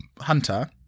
Hunter